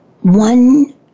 one